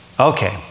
Okay